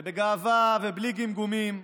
בגאווה, ובלי גמגומים,